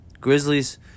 Grizzlies